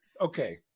Okay